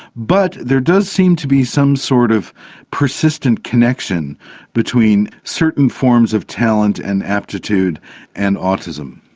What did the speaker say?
but there does seem to be some sort of persistent connection between certain forms of talent and aptitude and autism.